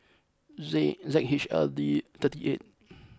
Z Z H L D thirty eight